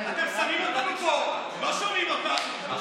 אתם שמים אותנו פה, לא שומעים אותה.